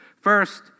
First